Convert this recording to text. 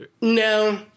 No